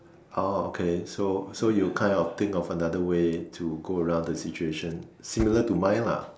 oh okay so so you kind of think of another way to go around the situation similar to mine lah